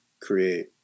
create